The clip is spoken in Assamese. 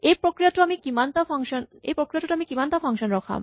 এই প্ৰক্ৰিয়াটোত আমি কিমান ফাংচন ৰখাম